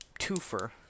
twofer